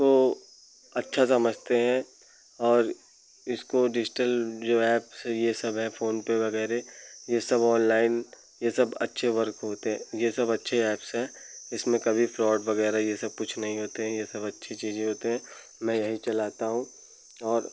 को अच्छा समझते हैं और इसको डिस्टल जो एप्स है ये सब है फोनपे वगैरह ये सब ऑनलाइन ये सब अच्छे वर्क होते हैं ये सब अच्छे एप्स हैं इसमें कभी फ्रॉड वगैरह ये सब कुछ नहीं होते हैं ये सब अच्छी चीज़ें होते हैं मैं यही चलाता हूँ और